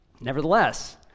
Nevertheless